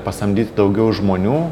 pasamdyti daugiau žmonių